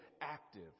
active